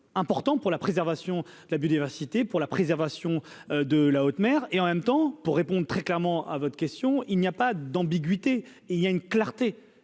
important pour la préservation de la biodiversité pour la préservation de la haute mer et en même temps, pour répondre très clairement à votre question, il n'y a pas d'ambiguïté, et il y a une clarté